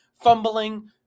fumbling